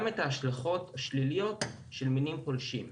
את ההשלכות השליליות של מינים פולשים.